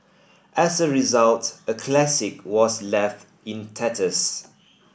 as a result a classic was left in tatters